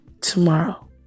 tomorrow